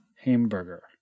Hamburger